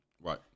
Right